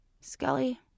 Skelly